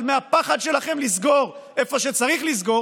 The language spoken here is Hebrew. אבל מהפחד שלכם לסגור איפה שצריך לסגור,